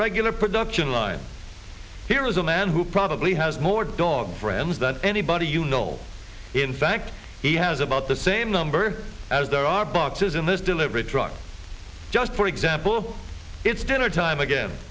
regular production line here is a man who probably has more dog friends than anybody you know in fact he has about the same number as there are boxes in this delivery truck just for example it's dinner time again